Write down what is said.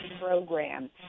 program